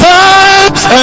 times